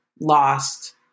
lost